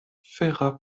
fera